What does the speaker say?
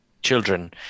children